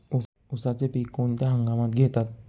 उसाचे पीक कोणत्या हंगामात घेतात?